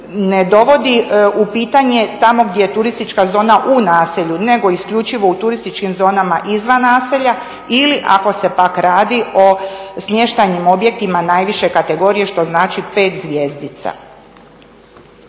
ne dovodi u pitanje tamo gdje je turistička zona u naselju nego isključivo u turističkim zonama izvan naselja ili ako se pak radi o smještajnim objektima najviše kategorije što znači 5 zvjezdica.